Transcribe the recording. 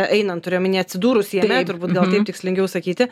einant turiu omenyje atsidūrus jame turbūt gal taip tikslingiau sakyti